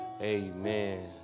Amen